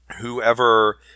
whoever